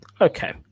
Okay